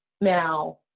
Now